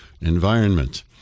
environment